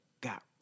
Got